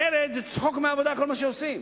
אחרת, זה צחוק מהעבודה כל מה שעושים.